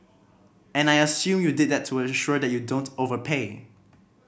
and I assume you did that to ensure that you don't overpay